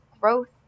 growth